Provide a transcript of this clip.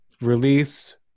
release